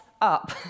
up